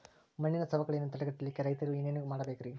ಮಣ್ಣಿನ ಸವಕಳಿಯನ್ನ ತಡೆಗಟ್ಟಲಿಕ್ಕೆ ರೈತರು ಏನೇನು ಮಾಡಬೇಕರಿ?